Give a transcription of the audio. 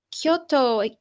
Kyoto